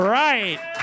right